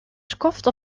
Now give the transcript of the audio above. skoft